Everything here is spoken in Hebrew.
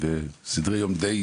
סדרי יום דיי